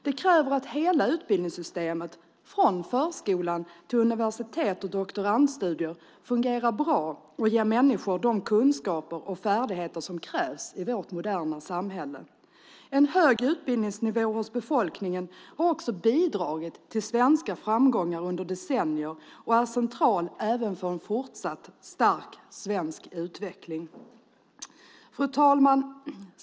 Det kräver att hela utbildningssystemet från förskolan till universitet och doktorandstudier fungerar bra och ger människor de kunskaper och färdigheter som krävs i vårt moderna samhälle. En hög utbildningsnivå hos befolkningen har också bidragit till svenska framgångar under decennier och är central även för en fortsatt stark svensk utveckling. Fru talman!